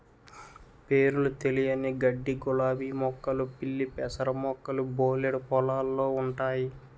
పేరులు తెలియని గడ్డిగులాబీ మొక్కలు పిల్లిపెసర మొక్కలు బోలెడు పొలాల్లో ఉంటయి